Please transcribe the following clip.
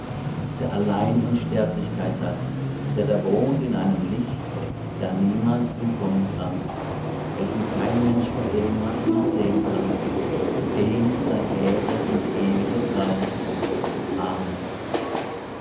der allein unsterblichkeit hat der da wohnt in einem licht da niemand zukommen kann welchen kein mensch gesehen hat noch sehen kann dem sei ehre und ewiges reich amen